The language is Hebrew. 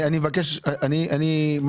אני מבקש לדעת,